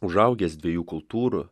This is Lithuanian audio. užaugęs dviejų kultūrų